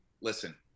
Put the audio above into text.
listen